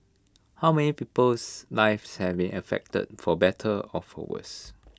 how many people's lives have may affected for better or for worse